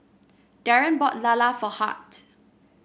Daren bought lala for Hart